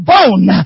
bone